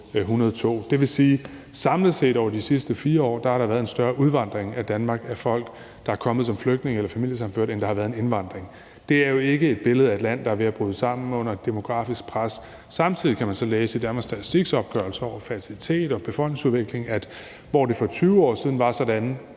Det vil sige, at samlet set over de sidste 4 år har der været en større udvandring fra Danmark af folk, der er kommet som flygtninge eller familiesammenførte, end der har været indvandring. Det er jo ikke et billede af et land, der er ved at bryde sammen under et demografisk pres. Samtidig kan man så læse i Danmarks Statistiks opgørelse over fertilitet og befolkningsudvikling, at hvor det for 20 år siden var sådan,